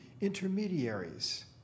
intermediaries